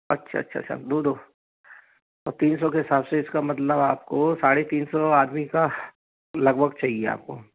अच्छा अच्छा अच्छा दो दो तो तीन सौ के हिसाब से इसका मतलब आपको साढे़ तीन सौ आदमी का लगभग चाहिए आपको